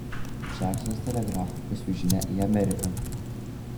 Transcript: džeksonas telegrafu pasiųs žinią į ameriką